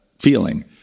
feeling